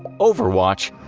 overwatch,